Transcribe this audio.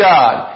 God